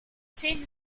zehn